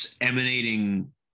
emanating